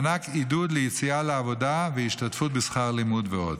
מענק עידוד ליציאה לעבודה והשתתפות בשכר לימוד ועוד,